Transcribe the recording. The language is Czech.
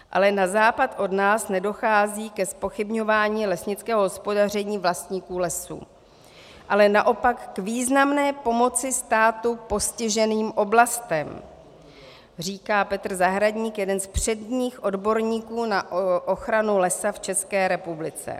Ale na západ od nás nedochází ke zpochybňování lesnického hospodaření vlastníků lesů, ale naopak k významné pomoci státu postiženým oblastem, říká Petr Zahradník, jeden z předních odborníků na ochranu lesa v České republice.